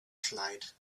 flight